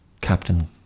Captain